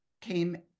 came